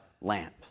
lamp